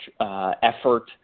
effort